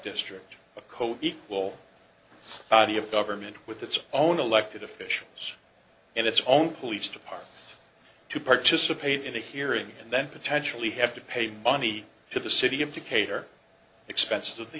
district a co equal body of government with its own elected officials and its own police to par to participate in a hearing and then potentially have to pay money to the city of decatur expenses of the